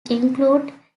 include